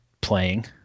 playing